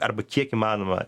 arba kiek įmanoma